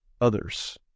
others